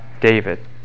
David